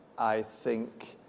i think